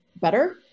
better